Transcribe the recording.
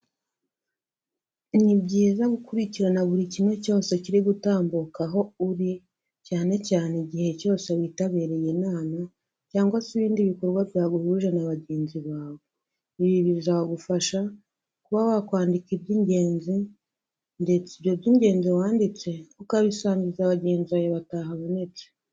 Ni byiza gukurikirana buri kimwe cyose kirigutambuka aho uri cyane cyane igihe cyose witabiriye inama, cyangwa se ibindi bikorwa byaguhuje na bagenzi bawe. Ibi bizagufasha kuba wakwandika iby'ingenzi, ndetse ibyo by'ingenzi wanditse ukabisangiza bagenzi bawe batahabonetse.